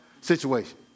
situation